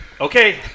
Okay